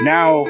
Now